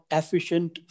efficient